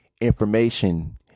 information